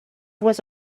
was